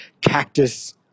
cactus